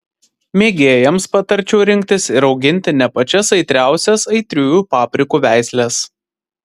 mėgėjams patarčiau rinktis ir auginti ne pačias aitriausias aitriųjų paprikų veisles